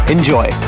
Enjoy